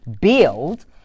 build